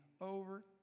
over